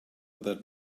that